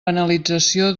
penalització